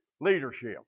leadership